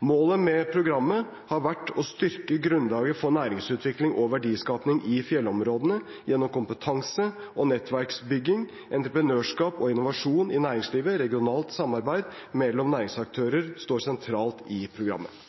Målet med programmet har vært å styrke grunnlaget for næringsutvikling og verdiskaping i fjellområdene gjennom kompetanse- og nettverksbygging, entreprenørskap og innovasjon i næringslivet. Regionalt samarbeid mellom næringsaktører står sentralt i programmet.